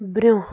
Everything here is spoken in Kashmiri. برٛۄنٛہہ